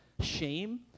shame